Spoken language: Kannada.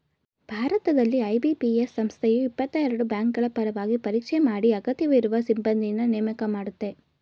ಭಾರತದಲ್ಲಿ ಐ.ಬಿ.ಪಿ.ಎಸ್ ಸಂಸ್ಥೆಯು ಇಪ್ಪತ್ತಎರಡು ಬ್ಯಾಂಕ್ಗಳಪರವಾಗಿ ಪರೀಕ್ಷೆ ಮಾಡಿ ಅಗತ್ಯವಿರುವ ಸಿಬ್ಬಂದಿನ್ನ ನೇಮಕ ಮಾಡುತ್ತೆ